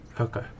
Okay